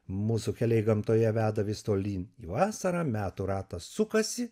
mūsų keliai gamtoje veda vis tolyn į vasarą metų ratas sukasi